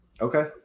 Okay